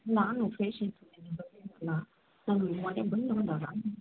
ನಾನು ಪೇಶಂಟು ಬಂದಿದ್ದೆನಲ್ಲ ನಾನು ಮೊನ್ನೆ ಬಂದು ನೋಡಿದಾಗ